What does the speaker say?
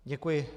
Děkuji.